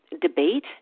debate